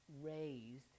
raised